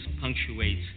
punctuates